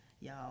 Y'all